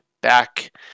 back